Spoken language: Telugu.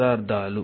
పదార్థాలు